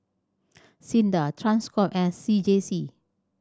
SINDA Transcom and C J C